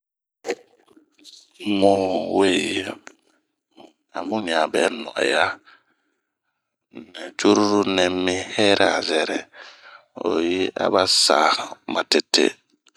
Mu we yi amu ɲa bɛ nɔ'ɔya, ni cruru nɛmi hɛra zɛrɛ, oyi aba saa matete.